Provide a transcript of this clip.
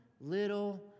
little